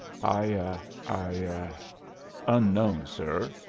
i i unknown, sir,